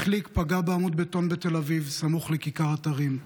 החליק ופגע בעמוד בטון בתל אביב סמוך לכיכר אתרים.